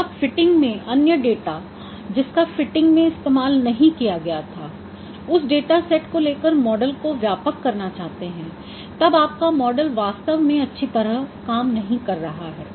अगर आप फिटिंग में अन्य डेटा जिसका फिटिंग में इस्तेमाल नहीं किया गया था उस डेटा सेट को लेकर मॉडल को व्यापक करना चाहते हैं तब आपका मॉडल वास्तव में अच्छी तरह काम नहीं कर रहा है